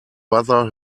bother